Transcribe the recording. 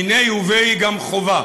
מיני וביה, גם חובה,